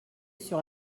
sur